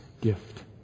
gift